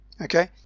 Okay